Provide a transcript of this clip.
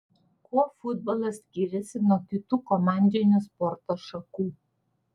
kuo futbolas skiriasi nuo kitų komandinių sporto šakų